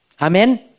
Amen